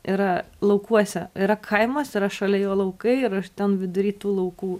yra laukuose yra kaimas yra šalia jo laukai ir aš ten vidury tų laukų